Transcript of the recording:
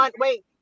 Wait